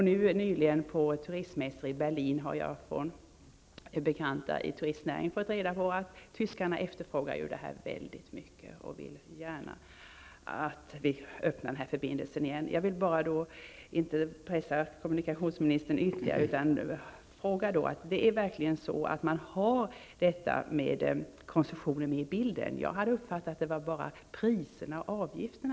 Av bekanta i turistnäringen som varit på en turistmässa i Berlin har jag fått reda på att tyskarna efterfrågar sådana här förbindelser och gärna vill att just denna öppnas igen. Jag vill inte pressa kommunikationsministern ytterligare, utan jag vill bara fråga om det verkligen är så att frågan om koncessionen tas upp i översynen -- jag hade uppfattat att det bara gällde priserna och avgifterna.